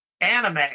anime